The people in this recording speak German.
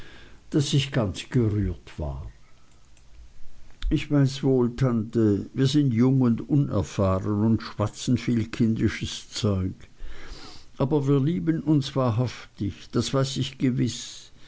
daß ich ganz gerührt war ich weiß wohl tante wir sind jung und unerfahren und schwatzen viel kindisches zeug aber wir lieben uns wahrhaftig das weiß ich gewiß